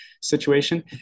situation